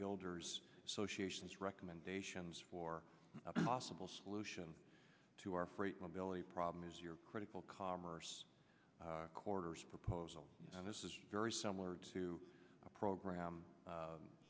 builders association is recommendations for a possible solution to our freight mobility problem is your critical commerce quarters proposal and this is very similar to a program